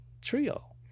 trio